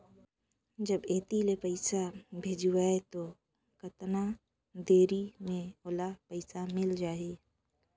जब इत्ते ले पइसा भेजवं तो कतना देरी मे ओला पइसा मिल जाही?